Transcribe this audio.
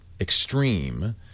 Extreme